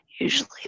Usually